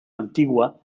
antigua